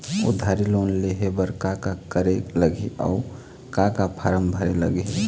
उधारी लोन लेहे बर का का करे लगही अऊ का का फार्म भरे लगही?